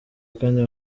kane